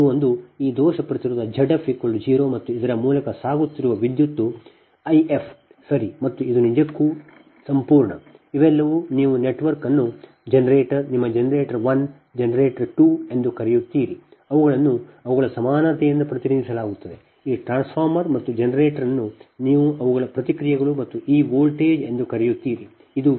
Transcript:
ಆದ್ದರಿಂದ ಇದು ಒಂದು ಈ ದೋಷ ಪ್ರತಿರೋಧ Z f 0 ಮತ್ತು ಇದರ ಮೂಲಕ ಸಾಗುತ್ತಿರುವ ವಿದ್ಯುತ್ I f ಸರಿ ಮತ್ತು ಇದು ನಿಜಕ್ಕೂ ಈ ಸಂಪೂರ್ಣ ಇವೆಲ್ಲವೂ ನೀವು ಈ ನೆಟ್ವರ್ಕ್ ಅನ್ನು ಜನರೇಟರ್ ನಿಮ್ಮ ಜನರೇಟರ್ 1 ಜನರೇಟರ್ 2 ಎಂದು ಕರೆಯುತ್ತೀರಿ ಅವುಗಳನ್ನು ಅವುಗಳ ಸಮಾನತೆಯಿಂದ ಪ್ರತಿನಿಧಿಸಲಾಗುತ್ತದೆ ಆ ಟ್ರಾನ್ಸ್ಫಾರ್ಮರ್ ಮತ್ತು ಜನರೇಟರ್ ಅನ್ನು ನೀವು ಅವುಗಳ ಪ್ರತಿಕ್ರಿಯೆಗಳು ಮತ್ತು ಈ ವೋಲ್ಟೇಜ್ ಎಂದು ಕರೆಯುತ್ತೀರಿ